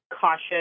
cautious